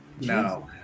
no